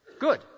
good